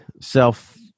self